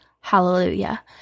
Hallelujah